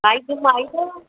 साई थूम आई अथव